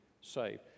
saved